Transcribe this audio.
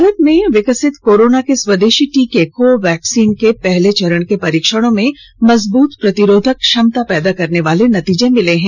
भारत में विकसित कोरोना के स्वदेशी टीके को वैक्सीन के पहले चरण के परीक्षणों में मजबूत प्रतिरोधक क्षमता पैदा करने वाले नतीजे मिले हैं